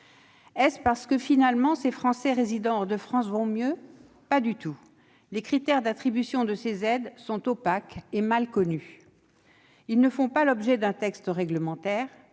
Serait-ce parce que, finalement, ces Français résidant hors de France vont mieux ? Pas du tout, mais les critères d'attribution de ces aides sont opaques et mal connus. Ils ne font pas l'objet d'un texte réglementaire